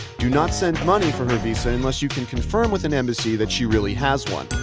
do not send money for her visa unless you can confirm with an embassy that she really has one,